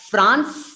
France